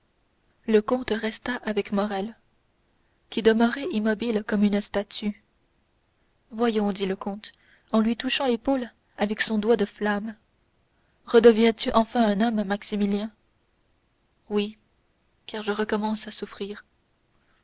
le comte resta avec morrel qui demeurait immobile comme une statue voyons dit le comte en lui touchant l'épaule avec son doigt de flamme redeviens tu enfin un homme maximilien oui car je recommence à souffrir